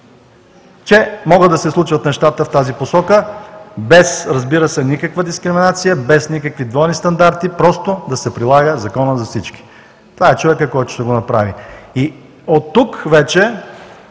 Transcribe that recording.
че могат да се случват нещата в тази посока, без, разбира се, никаква дискриминация, без никакви двойни стандарти – просто законът да се прилага за всички. Това е човекът, който ще го направи. И оттук вече